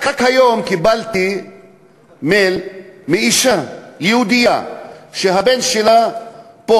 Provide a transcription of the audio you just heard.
רק היום קיבלתי מייל מאישה יהודייה שהבן שלה פה,